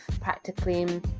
practically